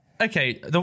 Okay